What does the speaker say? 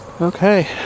okay